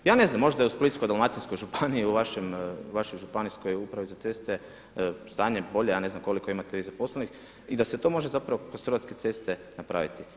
Ja ne znam, možda je u Splitko-dalmatinskoj županiji, u vašoj županijskoj upravi za ceste stanje bolje, ja ne znam koliko imate vi zaposlenih i da se to može zapravo kroz Hrvatske ceste napraviti.